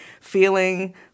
feeling